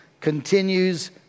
continues